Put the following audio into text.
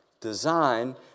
Design